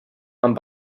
amb